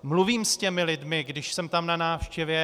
Mluvím s těmi lidmi, když jsem tam na návštěvě.